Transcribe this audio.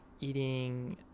eating